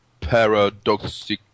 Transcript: paradoxic